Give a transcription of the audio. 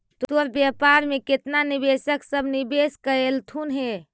तोर व्यापार में केतना निवेशक सब निवेश कयलथुन हे?